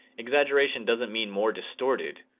exaggeration doesn't mean more distorted,